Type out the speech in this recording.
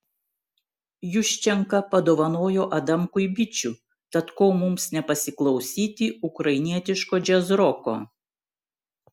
juščenka padovanojo adamkui bičių tad ko mums nepasiklausyti ukrainietiško džiazroko